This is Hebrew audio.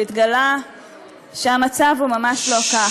והתגלה שהמצב הוא ממש לא כך.